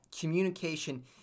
communication